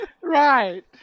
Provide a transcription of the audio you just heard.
Right